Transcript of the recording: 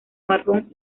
marrón